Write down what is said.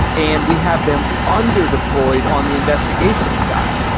and we have them under deployed on the investigation side.